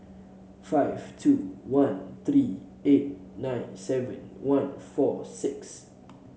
five two one three eight nine seven one four six